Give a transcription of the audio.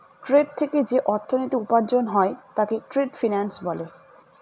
trade থেকে যে অর্থনীতি উপার্জন হয় তাকে ট্রেড ফিন্যান্স বলে